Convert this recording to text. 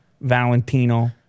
Valentino